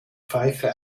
pfeife